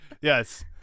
yes